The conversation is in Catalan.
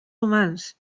humans